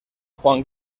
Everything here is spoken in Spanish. juan